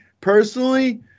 personally